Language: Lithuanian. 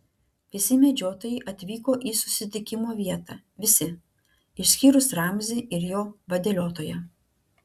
visi medžiotojai atvyko į susitikimo vietą visi išskyrus ramzį ir jo vadeliotoją